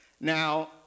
Now